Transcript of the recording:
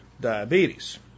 diabetes